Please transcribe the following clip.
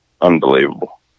unbelievable